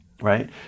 right